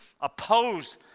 opposed